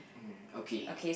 mm okay